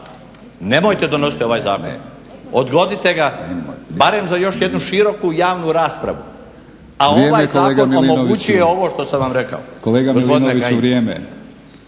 Nemojte donositi ovaj zakon, odgodite ga barem za još jednu široku javnu raspravu, a ovaj zakon… **Batinić, Milorad